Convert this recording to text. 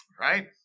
Right